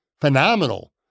phenomenal